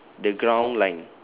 the ground line